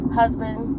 husband